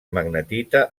magnetita